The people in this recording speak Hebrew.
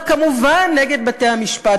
וכמובן נגד בתי-המשפט,